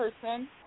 person